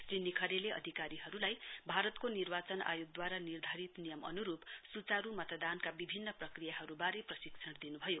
श्री निरवरेले अधिकारीहरुलाई भारतको निर्वाचन आयोगदूवारा निर्धारित नियम अनुरुप सुचाहरु मतदानका विभिन्न प्रक्रियाहरुको पशिक्षण दिनुभयो